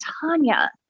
Tanya